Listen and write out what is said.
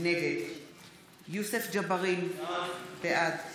נגד יוסף ג'בארין, בעד